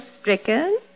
stricken